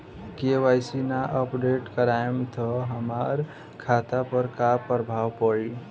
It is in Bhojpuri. के.वाइ.सी ना अपडेट करवाएम त हमार खाता पर का प्रभाव पड़ी?